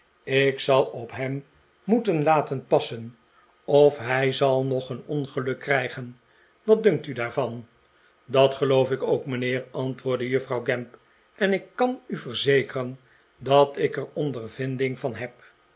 ik zal op hem moeten laten passen of hij zal nog een ongeluk krijgen wat dunkt u daarvan dat geloof ik ook mijnheer antwoordde juffrouw gamp en ik kan u verzekeren dat ik er ondervinding van heb